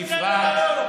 זה מסדר-היום.